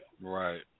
Right